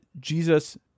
Jesus